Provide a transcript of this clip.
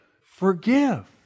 forgive